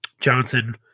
Johnson